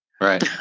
Right